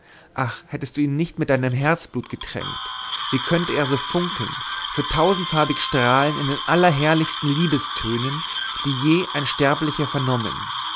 ach hättst du ihn nicht mit deinem herzblut getränkt wie könnt er so funkeln so tausendfarbig strahlen in den allerherrlichsten liebestönen die je ein sterblicher vernommen